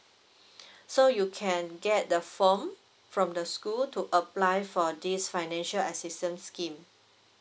so you can get the foam from the school to apply for this financial assistance scheme